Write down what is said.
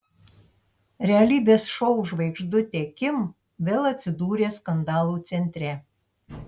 realybės šou žvaigždutė kim vėl atsidūrė skandalų centre